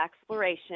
exploration